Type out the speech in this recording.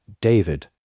David